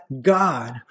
God